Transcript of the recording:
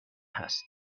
هست